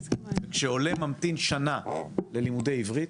כשעולה ממתין שנה ללימודי עברית,